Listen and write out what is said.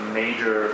major